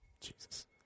jesus